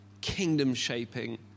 kingdom-shaping